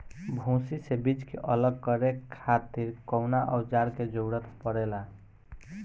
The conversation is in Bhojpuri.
भूसी से बीज के अलग करे खातिर कउना औजार क जरूरत पड़ेला?